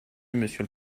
monsieur